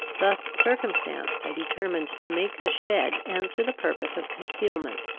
thus circumstanced, i determined to make the shed answer the purpose of concealment.